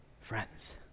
friends